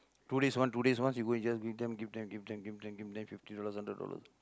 two days once two days once you go in you just give them give them give them give them give them fifty dollars hundred dollars